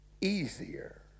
easier